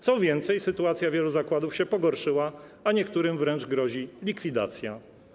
Co więcej, sytuacja wielu zakładów się pogorszyła, a niektórym wręcz grozi likwidacja.